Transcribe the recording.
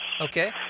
Okay